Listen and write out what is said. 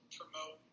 promote